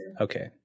Okay